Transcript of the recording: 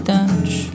Touch